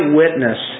witness